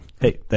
hey